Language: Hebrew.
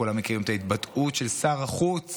כולם מכירים את ההתבטאות של שר החוץ